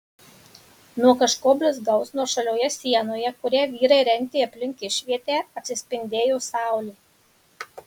nuo kažko blizgaus nuošalioje sienoje kurią vyrai rentė aplink išvietę atsispindėjo saulė